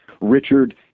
Richard